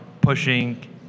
pushing